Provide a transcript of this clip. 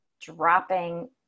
dropping